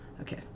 Okay